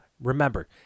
remember